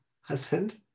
husband